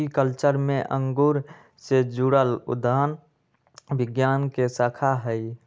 viticulture में अंगूर से जुड़ल उद्यान विज्ञान के शाखा हई